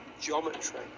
geometry